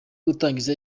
gutangiza